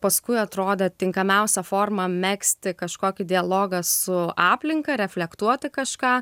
paskui atrodė tinkamiausia forma megzti kažkokį dialogą su aplinka reflektuoti kažką